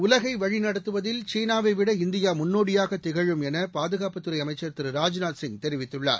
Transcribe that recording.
உலகை வழி நடத்துவதில் சீனாவை விட இந்தியா முன்னோடியாக திகழும் என பாதுகாப்பு துறை அமைச்சர் திரு ராஜ்நாத் சிங் தெரிவித்துள்ளார்